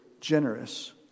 Generous